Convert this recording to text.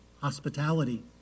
hospitality